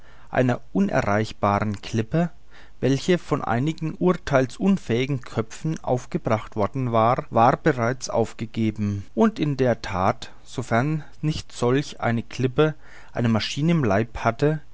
einer unerreichbaren klippe welche von einigen urtheilsunfähigen köpfen aufgebracht worden war bereits aufgegeben und in der that sofern nicht solch eine klippe eine maschine im leib hatte